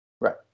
right